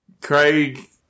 Craig